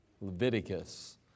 Leviticus